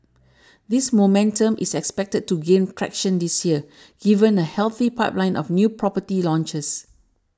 this momentum is expected to gain traction this year given a healthy pipeline of new property launches